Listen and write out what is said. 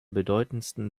bedeutendsten